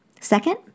Second